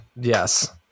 Yes